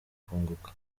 kunguka